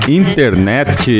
internet